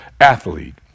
athlete